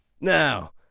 Now